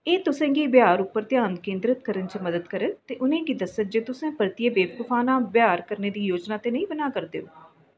एह् तुसें गी व्यहार उप्पर ध्यान केंदरत करन च मदद करग ते उ'नेंगी दस्सग जे तुसें परतियै बेवकूफाना व्यहार करने दी जोजना ते नेईं बनाऽ करदे ओ